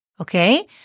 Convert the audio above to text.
Okay